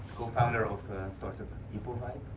cofounder of startup impovide,